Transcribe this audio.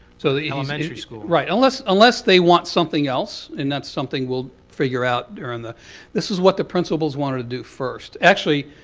so elementary school. right. unless unless they want something else. and that's something we'll figure out around the this is what the principals wanted to do first. actually,